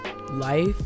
life